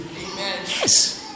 Yes